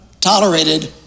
tolerated